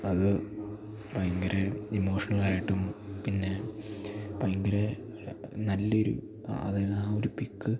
അത് ഭയങ്കര ഇമോഷണലായിട്ടും പിന്നെ ഭയങ്കര നല്ലൊരു അതായത് ആ ഒരു പിക്ക്